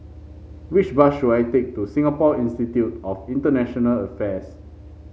which bus should I take to Singapore Institute of International Affairs